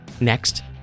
Next